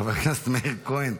חבר הכנסת מאיר כהן,